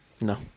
No